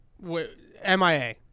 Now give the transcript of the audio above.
MIA